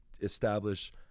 establish